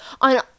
on